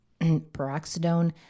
peroxidone